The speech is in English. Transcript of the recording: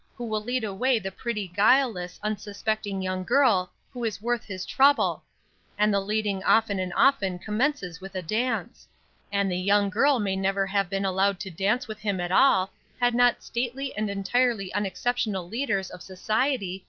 who will lead away the pretty guileless, unsuspecting young girl who is worth his trouble and the leading often and often commences with a dance and the young girl may never have been allowed to dance with him at all had not stately and entirely unexceptionable leaders of society,